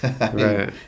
right